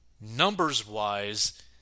Numbers-wise